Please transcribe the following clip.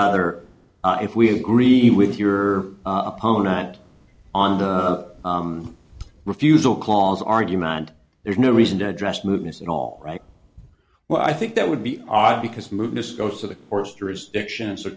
other if we agree with your opponent on the refusal clause argument there's no reason to address movements at all right well i think that would be odd because